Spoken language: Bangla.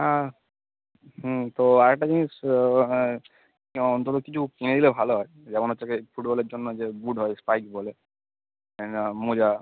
আর হুম তো আর একটা জিনিস যেমন ধরো কিছু কিনে দিলে ভালো হয় যেমন হচ্ছে কি ফুটবলের জন্য যে বুট হয় স্পাইক বলে মোজা